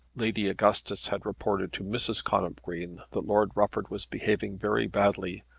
lady augustus had reported to mrs. connop green that lord rufford was behaving very badly,